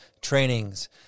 trainings